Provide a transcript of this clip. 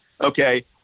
okay